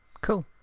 Cool